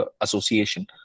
association